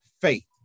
faith